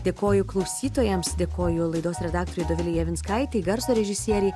dėkoju klausytojams dėkoju laidos redaktorei dovilei javinskaitei garso režisieriai